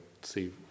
see